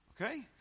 okay